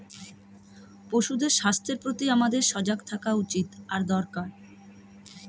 পশুদের স্বাস্থ্যের প্রতি আমাদের সজাগ থাকা উচিত আর দরকার